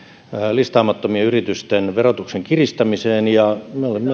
listaamattomien yritysten verotuksen kiristämiseen kahdellasadallaviidelläkymmenellä miljoonalla